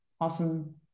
awesome